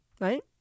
right